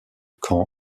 caen